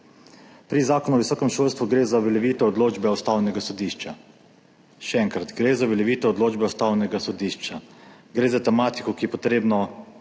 Pri zakonu o visokem šolstvu gre za uveljavitev odločbe Ustavnega sodišča. Še enkrat, gre za uveljavitev odločbe Ustavnega sodišča. Gre za tematiko, ki ji je potrebno